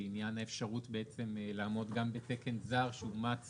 לעניין האפשרות לעמוד גם בתקן זר שאומץ